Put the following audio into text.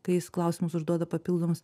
kai jis klausimus užduoda papildomus